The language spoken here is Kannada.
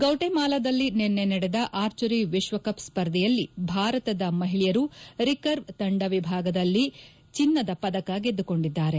ಗೌಟೆಮಾಲಾದಲ್ಲಿ ನಿನ್ನೆ ನಡೆದ ಆರ್ಚರಿ ವಿಶ್ವಕಪ್ ಸ್ಪರ್ಧೆಯಲ್ಲಿ ಭಾರತದ ಮಹಿಳೆಯರು ರಿಕರ್ವ್ ತಂಡ ವಿಭಾಗದಲ್ಲಿ ಚಿನ್ನದ ಪದಕ ಗೆದ್ದುಕೊಂಡಿದ್ದಾರೆ